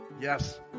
Yes